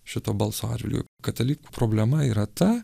šito balso atžvilgiu katalikų problema yra ta